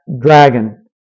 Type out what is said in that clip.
dragon